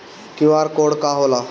QR code का होला?